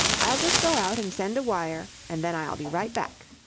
i'll just go out and send a wire, and then i'll be right back.